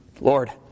Lord